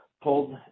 pulled